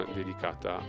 dedicata